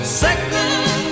second